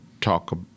talk